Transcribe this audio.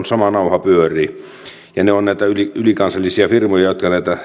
sama nauha pyörii ne ovat näitä ylikansallisia firmoja